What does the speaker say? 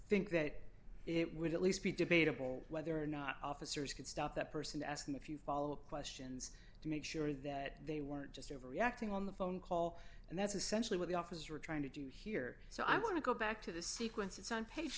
think that it would at least be debatable whether or not officers could stop that person asking if you follow up questions to make sure that they weren't just overreacting on the phone call and that's essentially what the officers were trying to do here so i'm going to go back to the sequence it's on page